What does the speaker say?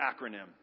acronym